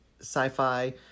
sci-fi